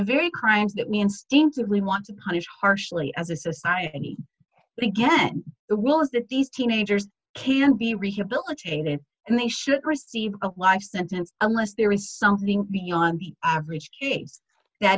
very crimes that we instinctively want to punish harshly as a society to get the will is that these teenagers can be rehabilitated and they should receive a life sentence unless there is something beyond the average kids that